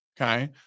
Okay